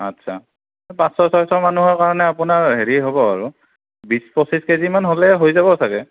আচ্ছা পাঁচশ ছয়শ মানুহৰ কাৰণে আপোনাৰ হেৰি হ'ব আৰু বিশ পঁচিশ কেজিমান হ'লে হৈ যাব চাগৈ